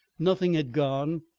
nothing had gone,